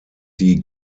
die